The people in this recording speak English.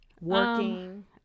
working